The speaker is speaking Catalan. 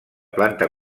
planta